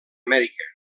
amèrica